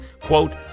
quote